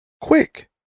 quick